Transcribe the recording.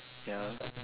ya